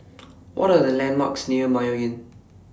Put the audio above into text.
What Are The landmarks near Mayo Inn